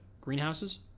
greenhouses